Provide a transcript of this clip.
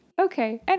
okay